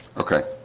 okay